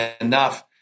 enough